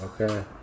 Okay